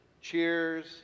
cheers